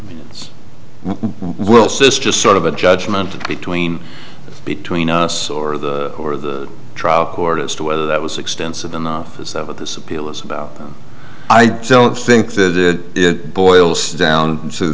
this just sort of a judgment between between us or the or the trial court as to whether that was extensive enough is that what this appeal is about i don't think that it it boils down to